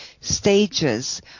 stages